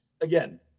again